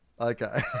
Okay